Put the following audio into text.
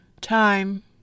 time